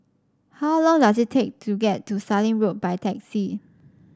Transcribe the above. how long does it take to get to Sallim Road by taxi